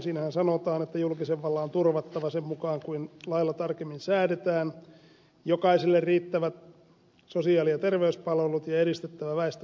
siinähän sanotaan että julkisen vallan on turvattava sen mukaan kuin lailla tarkemmin säädetään jokaiselle riittävät sosiaali ja terveyspalvelut ja edistettävä väestön terveyttä